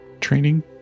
training